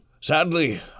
Sadly